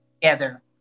together